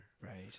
right